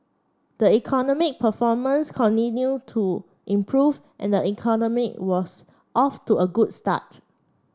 the economic performance continued to improve and the economy was off to a good start